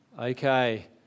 Okay